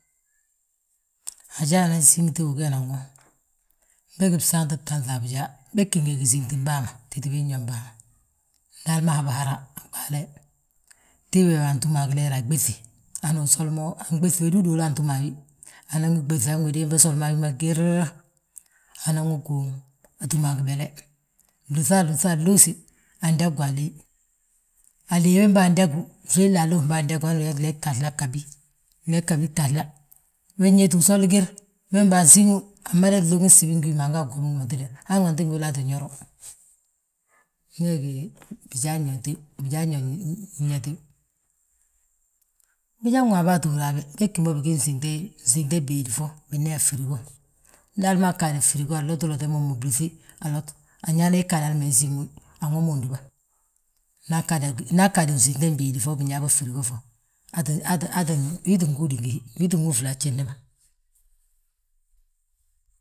Ajaa nan síŋ tiw wi gee nan woo, begí bsaanti btaanŧe a bijaa, bég gí ngi gíŋtim bàà ma, titi bin yo bàa ma. Ndi hali ma hab hara a ɓaale, tiw wee wi antúm a gileer aɓéŧi, hani usoli mo wédu uduulu antúm a wi. Anan wi ɓéŧi han wédi wembe soli mo a wima giir, anan wi guuŋ, atúm a gibele. Blúŧi alúŧi anluusi, andagiwi a léey, aléey wembe andagiwi, flee aluus mo andagiwi, hanu umada mo glee gaabi gtahla, we wéeti wi sol gir. Wembe ansiŋiwi am mada glóogu gsibi ngi wim ma, anga agwomi wi ma gtída, han gantí wilaa ttin yori wi, wee gí bijaan yo ma nyaa tiw. Biñaŋ waabo aa ttúur habe, bég gím bo bigii fnsíŋtem béedi fo, biyaa firigo. Ndi hali maa ggaadi firigo anlotu lote, momu blúŧi, blúŧi alot anyaana ii ggaade alama insíŋwi, anwomiwi undúba. Ndaa ggaade fnsíŋtem béedi fo, binyaa fi firigo fo, aa ttin wii ttin gúudi, wii tti wúfle a gjifni ma.